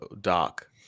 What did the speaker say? Doc